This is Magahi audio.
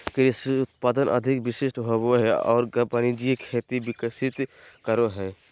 कृषि उत्पादन अधिक विशिष्ट होबो हइ और वाणिज्यिक खेती विकसित करो हइ